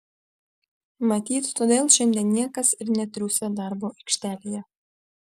matyt todėl šiandien niekas ir netriūsia darbo aikštelėje